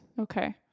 okay